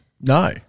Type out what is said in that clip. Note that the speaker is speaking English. No